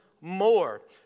more